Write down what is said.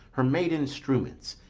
her maiden strewments,